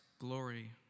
glory